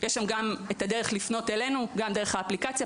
יש שם גם את הדרך לפנות אלינו באמצעות האפליקציה,